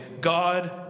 God